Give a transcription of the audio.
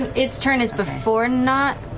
its turn is before nott?